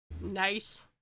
Nice